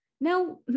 Now